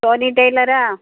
ஜோதி டைலரா